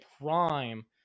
prime